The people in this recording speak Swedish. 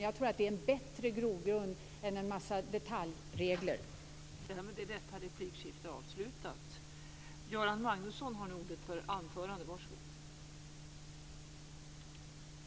Jag tror att det är en bättre grogrund än en massa detaljregler.